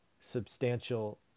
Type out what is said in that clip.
substantial